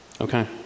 Okay